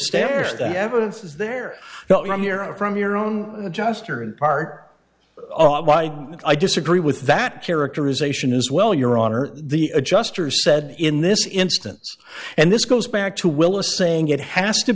stairs the evidence is there now from your own from your own adjustor and part why i disagree with that characterization is well your honor the adjuster said in this instance and this goes back to willis saying it has to